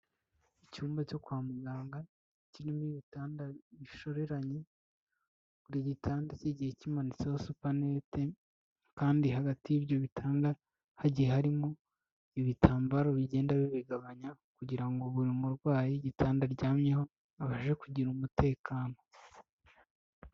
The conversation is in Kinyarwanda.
Icyumba cyo kwa muganga kirimo ibitanda bishoreranye, buri gitanda kigiye kimanitseho supanete kandi hagati y'ibyo bitanga hagi harimo ibitambaro bigenda bibigabanya kugira ngo buri murwayi igitanda aryamyeho abashe kugira umutekano.